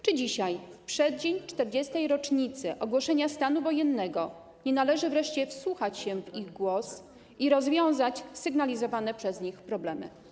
Czy dzisiaj, w przeddzień 40. rocznicy ogłoszenia stanu wojennego, nie należy wreszcie wsłuchać się w ich głos i rozwiązać sygnalizowane przez nich problemy?